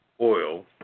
Oil